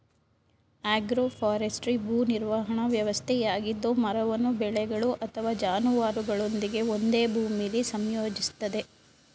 agroforestry ಭೂ ನಿರ್ವಹಣಾ ವ್ಯವಸ್ಥೆಯಾಗಿದ್ದು ಮರವನ್ನು ಬೆಳೆಗಳು ಅಥವಾ ಜಾನುವಾರುಗಳೊಂದಿಗೆ ಒಂದೇ ಭೂಮಿಲಿ ಸಂಯೋಜಿಸ್ತದೆ